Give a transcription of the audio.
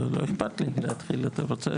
לא אכפת לי להתחיל אתה רוצה?